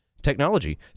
Technology